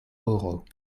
oro